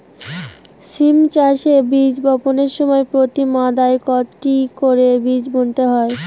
সিম চাষে বীজ বপনের সময় প্রতি মাদায় কয়টি করে বীজ বুনতে হয়?